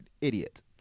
Idiot